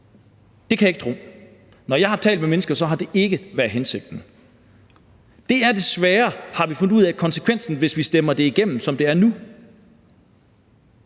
Det kan jeg ikke tro. Når jeg har talt med forskellige mennesker, har det ikke været hensigten. Men det er desværre, har vi fundet ud af, konsekvensen, hvis vi stemmer det igennem, som det er nu,